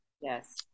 Yes